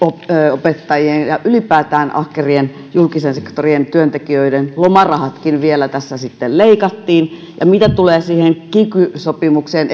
opettajien ja ja ylipäätään ahkerien julkisen sektorin työntekijöiden lomarahatkin vielä tässä sitten leikattiin ja mitä tulee siihen kiky sopimukseen